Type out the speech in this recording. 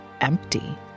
empty